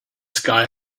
sky